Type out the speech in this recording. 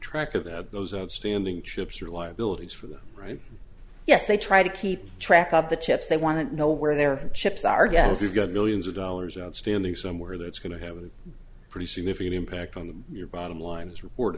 track of the those outstanding chips or liabilities for them yes they try to keep track of the chips they want to know where their chips are get if you've got millions of dollars outstanding somewhere that's going to him pretty significant impact on your bottom lines report